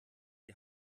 die